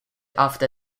after